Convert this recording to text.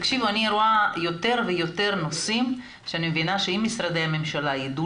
אני רואה יותר ויותר נושאים שאני מבינה שאם משרדי הממשלה יידעו